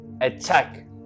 attack